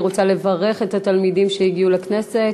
אני רוצה לברך את התלמידים שהגיעו לכנסת.